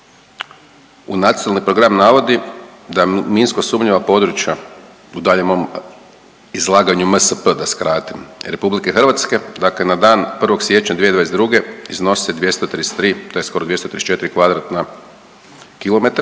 u Nacionalni program navodi da minsko sumnjiva područja u daljnjem mom izlaganju MSP da skratim Republike Hrvatske, dakle na dan 1. siječnja 2022. iznose 233, tj. skoro 234 kvadratna kilometra